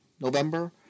November